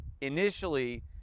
initially